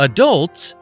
Adults